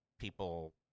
People